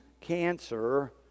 cancer